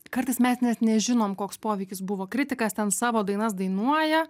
kartais mes net nežinom koks poveikis buvo kritikas ten savo dainas dainuoja